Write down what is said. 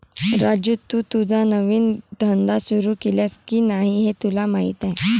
राजू, तू तुझा नवीन धंदा सुरू केलास की नाही हे तुला माहीत आहे